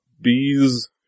Bees